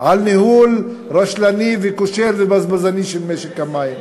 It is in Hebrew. על ניהול רשלני, כושל ובזבזני של משק המים.